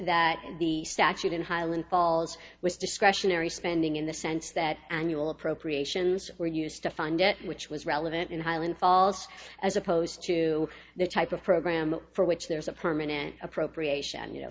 that the statute in highland falls was discretionary spending in the sense that annual appropriations were used to fund it which was relevant in highland falls as opposed to the type of program for which there is a permanent appropriation you know